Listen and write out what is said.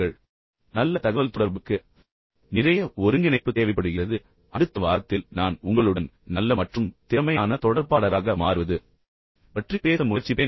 ஆனால் பெரும்பாலான நேரங்களில் நான் சொன்னது போல் நல்ல தகவல்தொடர்புக்கு நிறைய ஒருங்கிணைப்பு தேவைப்படுகிறது அடுத்த வாரத்தில் நான் உங்களுடன் நல்ல மற்றும் திறமையான தொடர்பாளராக மாறுவது பற்றி பேச முயற்சிப்பேன்